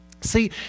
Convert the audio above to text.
See